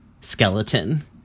skeleton